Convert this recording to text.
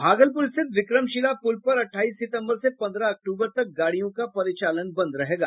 भागलपुर स्थित विक्रमशिला पुल पर अठाईस सितंबर से पंद्रह अक्टूबर तक गाड़ियों का परिचालन बंद रहेगा